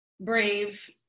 brave